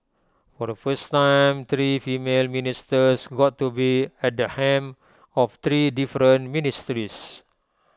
for the first time three female ministers got to be at the helm of three different ministries